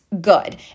good